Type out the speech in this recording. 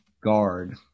guard